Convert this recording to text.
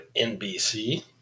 NBC